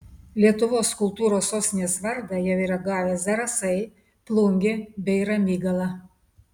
lietuvos kultūros sostinės vardą jau yra gavę zarasai plungė bei ramygala